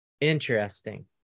Interesting